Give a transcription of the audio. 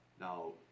Now